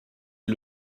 est